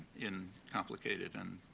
in complicated and